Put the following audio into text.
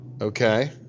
Okay